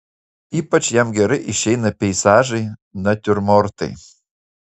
ypač jam gerai išeina peizažai natiurmortai